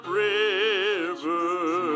river